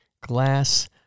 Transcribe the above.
glass